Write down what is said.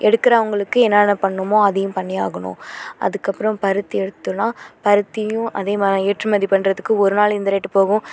எடுக்கிறவங்களுக்கு என்னென்ன பண்ணணுமோ அதையும் பண்ணி ஆகணும் அதுக்கு அப்புறம் பருத்தி எடுத்தோன்னால் பருத்தியையும் அதே மாதிரி ஏற்றுமதி பண்ணுறதுக்கு ஒரு நாள் இந்த ரேட்டு போகும்